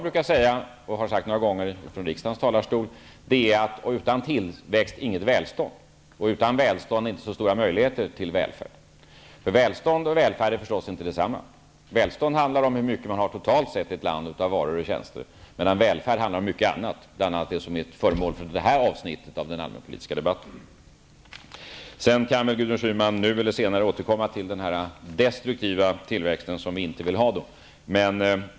Jag har några gånger från kammarens talarstol sagt: Utan tillväxt inget välstånd, och utan välstånd inte så stora möjligheter till välfärd. Välstånd är förstås inte detsamma som välfärd. Välstånd har att göra med hur mycket man har totalt sett av varor och tjänster i ett land, medan välfärd handlar om mycket annat, bl.a. det som är föremål för detta avsnitt av den allmänpolitiska debatten. Gudrun Schyman kan väl nu eller senare återkomma till den destruktiva tillväxt som vi inte vill ha.